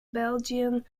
belgian